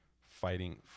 fighting